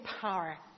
power